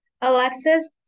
Alexis